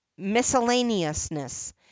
miscellaneousness